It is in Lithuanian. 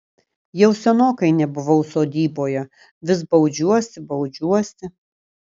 jau senokai nebuvau sodyboje vis baudžiuosi baudžiuosi